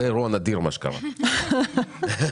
שמה שקרה עכשיו זה אירוע נדיר.